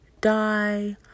die